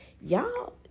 y'all